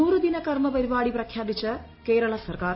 നൂറു ദിന കർമ്മ പരിപാടി പ്രഖ്യാപിച്ച് കേരള സർക്കാർ